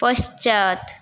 पश्चात्